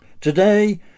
Today